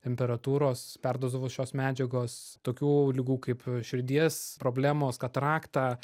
temperatūros perdozavus šios medžiagos tokių ligų kaip širdies problemos katarakta